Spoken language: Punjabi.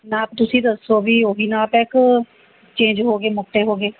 ਨਾਪ ਤੁਸੀਂ ਦੱਸੋ ਵੀ ਉਹੀ ਨਾਪ ਹੈ ਕਿ ਚੇਂਜ ਹੋ ਗਏ ਮੋਟੇ ਹੋ ਗਏ